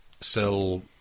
sell